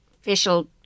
official